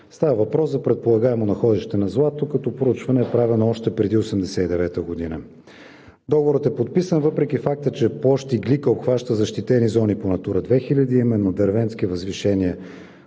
Става въпрос за предполагаемо находище на злато, като проучване е правено още преди 1989 г. Договорът е подписан въпреки факта, че площ „Иглика“ обхваща защитени зони по Натура